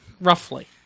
roughly